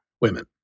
women